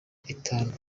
itanu